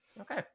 Okay